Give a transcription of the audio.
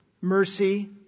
mercy